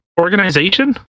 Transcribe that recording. organization